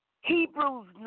Hebrews